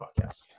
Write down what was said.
podcast